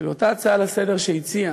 שאותה הצעה לסדר-היום שהציע,